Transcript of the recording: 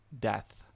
death